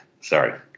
Sorry